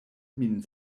min